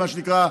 מה שנקרא,